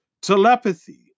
Telepathy